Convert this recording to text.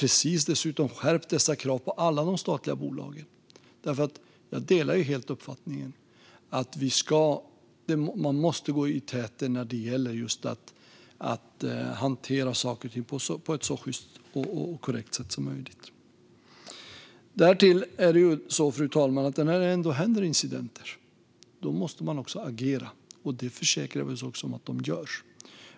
Vi har dessutom precis skärpt dessa krav på alla de statliga bolagen. Jag delar nämligen helt uppfattningen att de måste gå i täten när det gäller att hantera saker och ting på ett så sjyst och korrekt sätt som möjligt. När det ändå händer incidenter, fru talman, måste man också agera. Det försäkrar vi oss också om att de gör.